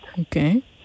Okay